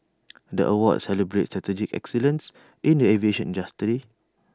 the awards celebrate strategic excellence in the aviation